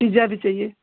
pizza भी चाहिए